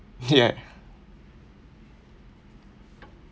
yet